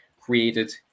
created